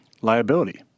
liability